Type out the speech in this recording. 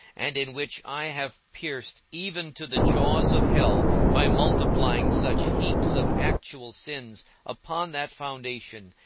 and in which i have pierced even to the jaws of hell by multiplying such heaps of actual sins upon that foundation,